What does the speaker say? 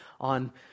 on